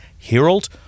herald